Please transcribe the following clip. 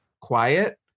quiet